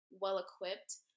well-equipped